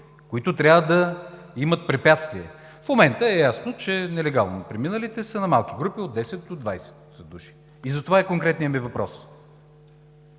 които трябва да имат препятствие. В момента е ясно, че нелегално преминалите са на малки групи от 10 до 20 души и за това е конкретният ми въпрос.